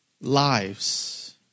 lives